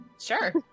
Sure